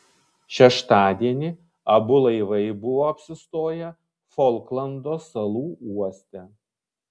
šeštadienį abu laivai buvo apsistoję folklando salų uoste